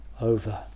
over